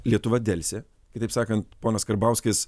lietuva delsė kitaip sakant ponas karbauskis